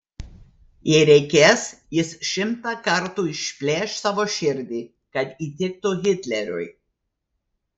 jei reikės jis šimtą kartų išplėš savo širdį kad įtiktų hitleriui